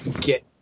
get